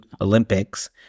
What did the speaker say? Olympics